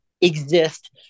exist